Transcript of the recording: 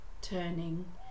turning